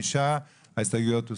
5. הצבעה לא אושר ההסתייגויות הוסרו.